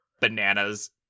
bananas